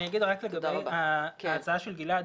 אני אגיד לגבי ההצעה של גלעד.